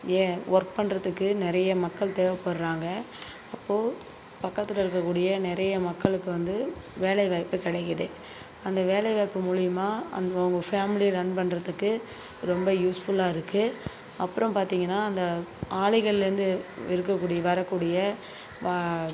ஏ work பண்ணுறதுக்கு நிறைய மக்கள் தேவைப்படுறாங்கள் அப்போ பக்கத்தில் இருக்கக்கூடிய நிறைய மக்களுக்கு வந்து வேலைவாய்ப்பு கிடைக்குது அந்த வேலைவாய்ப்பு மூலியமாக அங்கே அவங்க ஃபேமிலியை ரன் பண்ணுறதுக்கு ரொம்ப யூஸ் ஃபுல்லாக இருக்கும் அப்புறம் பார்த்தீங்கனா அந்த ஆலைகள்லேருந்து இருக்கக்கூடிய வரக்கூடிய வ